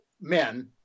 men